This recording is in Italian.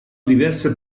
diverse